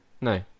No